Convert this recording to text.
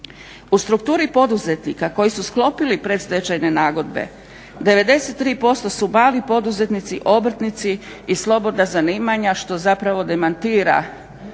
U strukturi poduzetnika koji su sklopili predstečajne nagodbe 93% su mali poduzetnici, obrtnici i slobodna zanimanja što zapravo demantira